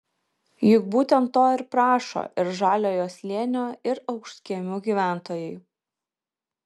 juk būtent to ir prašo ir žaliojo slėnio ir aukštkiemių gyventojai